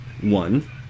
one